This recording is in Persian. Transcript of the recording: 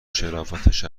شرافتش